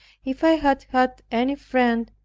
if i had had any friend,